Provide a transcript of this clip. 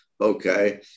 Okay